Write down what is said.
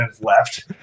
left